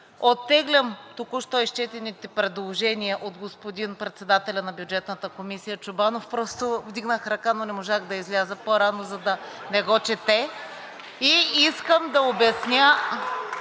Оттеглям току-що изчетените предложения от господин председателя на Бюджетната комисия Чобанов. Вдигнах ръка, но не можах да изляза по-рано, за да не го чете. И искам да обясня…